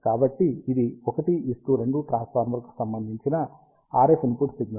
కాబట్టి ఇది 1 2 ట్రాన్స్ఫార్మర్కు అందించిన RF ఇన్పుట్ సిగ్నల్